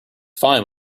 fine